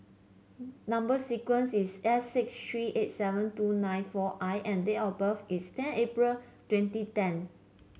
number sequence is S six three eight seven two nine four I and date of birth is ten April twenty ten